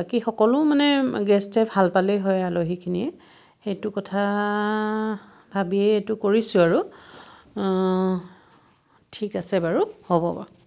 বাকী সকলো মানে গেষ্টে ভাল পালেই হয় আলহীখিনিয়ে সেইটো কথা ভাবিয়েই এইটো কৰিছোঁ আৰু ঠিক আছে বাৰু হ'ব বাৰু